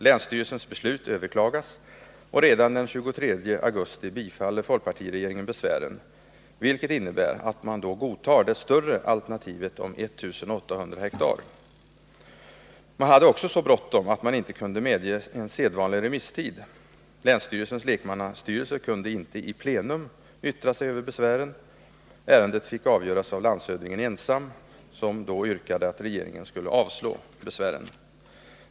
Länsstyrelsens beslut överklagas, och redan den 23 augusti bifaller folkpartiregeringen besvären — vilket innebär att man godtar det större alternativet om 1 800 ha. Man hade också så bråttom att man inte kunde medge en sedvanlig remisstid. Länsstyrelsens lekmannastyrelse kunde inte i plenum yttra sig över besvären. Ärendet fick avgöras av landshövdingen ensam, som då yrkade att regeringen skulle avslå besvären.